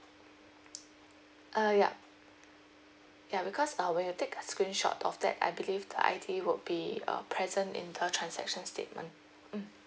uh yup ya because uh when you take a screenshot of that I believe the I_D would be uh present in the transaction statement mm